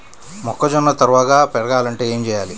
మొక్కజోన్న త్వరగా పెరగాలంటే ఏమి చెయ్యాలి?